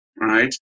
right